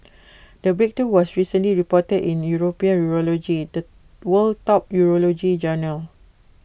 the breakthrough was recently reported in european urology the world top urology journal